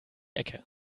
ecke